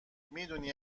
میدونی